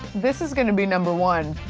this is gonna be number one,